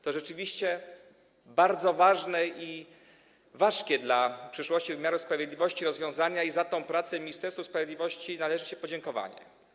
To rzeczywiście bardzo ważne, ważkie dla przyszłości wymiaru sprawiedliwości rozwiązania i za tę pracę Ministerstwu Sprawiedliwości należy się podziękowanie.